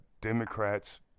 Democrats